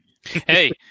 Hey